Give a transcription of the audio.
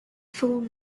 full